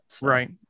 Right